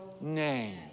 name